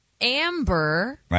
Amber